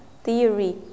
theory